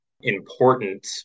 important